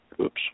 Oops